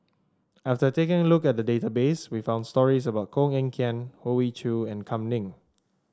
after taking a look at the database we found stories about Koh Eng Kian Hoey Choo and Kam Ning